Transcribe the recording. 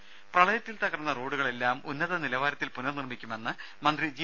രുദ പ്രളയത്തിൽ തകർന്ന റോഡുകളെല്ലാം ഉന്നത നിലവാരത്തിൽ പുനർനിർമ്മിക്കുമെന്ന് മന്ത്രി ജി